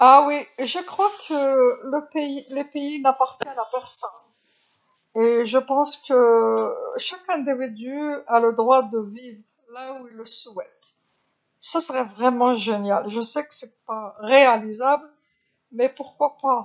نعم أعتقد أن الوطن ليس ملكاً لأحد وأعتقد أن لكل فرد الحق في العيش حيث يريد، سيكون ذلك رائعًا حقًا أعلم أنه غير ممكن ولكن لماذا لا؟